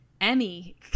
Emmy